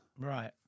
Right